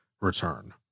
return